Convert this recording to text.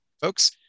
folks